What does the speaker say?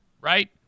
right